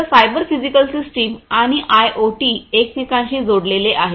तर cyber physical system आणि IIoT एकमेकांशी जोडलेले आहेत